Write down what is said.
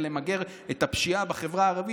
ולמגר את הפשיעה בחברה הערבית,